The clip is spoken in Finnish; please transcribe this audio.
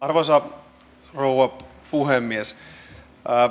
arvoisa rouva puhemies